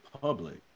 public